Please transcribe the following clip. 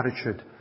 attitude